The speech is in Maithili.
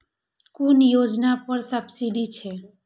कुन योजना पर सब्सिडी छै?